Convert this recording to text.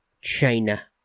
China